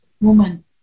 Woman